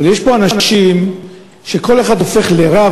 אבל יש פה אנשים שכל אחד מהם הופך לרב